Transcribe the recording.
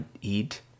eat